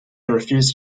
refused